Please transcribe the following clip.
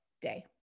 day